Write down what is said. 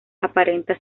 aparenta